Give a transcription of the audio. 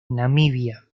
namibia